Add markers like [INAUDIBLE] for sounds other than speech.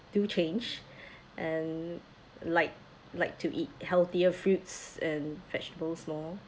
do change [BREATH] and like like to eat healthier fruits and vegetables lor